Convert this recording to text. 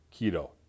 keto